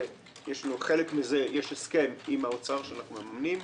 שלגבי חלק מזה יש הסכם עם האוצר שאנחנו מממנים,